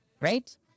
right